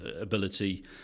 ability